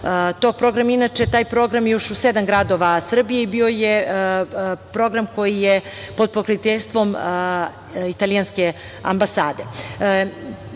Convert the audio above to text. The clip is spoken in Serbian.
tog programa. Inače, taj program je još u sedam gradova Srbije i bio je program koji je pod pokroviteljstvom Italijanske